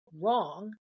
wrong